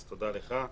אז תודה רבה.